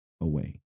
away